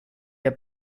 der